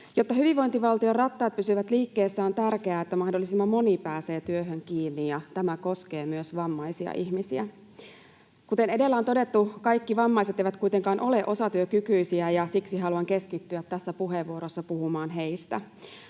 Jotta hyvinvointivaltion rattaat pysyvät liikkeessä, on tärkeää, että mahdollisimman moni pääsee työhön kiinni, ja tämä koskee myös vammaisia ihmisiä. Kuten edellä on todettu, kaikki vammaiset eivät kuitenkaan ole osatyökykyisiä, ja siksi haluan keskittyä tässä puheenvuorossa puhumaan heistä.